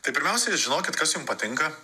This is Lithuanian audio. tai pirmiausia žinokit kas jum patinka